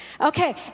Okay